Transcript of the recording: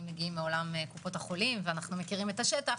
מגיעים מעולם קופות החולים ואנו מכירים את השטח.